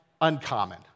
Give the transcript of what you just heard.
uncommon